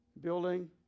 Building